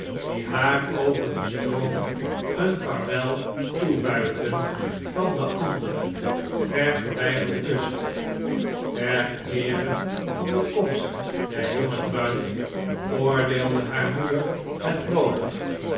die haar over den stroom een vaarwel toewuifden van de andere ver verwijderde kust ter eere van de komst der jonge bruid oordeelde haar moeder het noodig